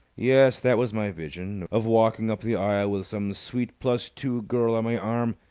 yes, that was my vision of walking up the aisle with some sweet plus two girl on my arm.